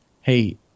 Hey